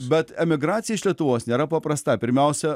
bet emigracija iš lietuvos nėra paprasta pirmiausia